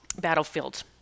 battlefield